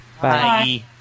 Bye